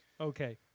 Okay